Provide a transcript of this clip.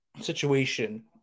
situation